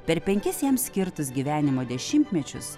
per penkis jam skirtus gyvenimo dešimtmečius